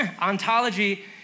Ontology